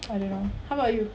I don't know how about you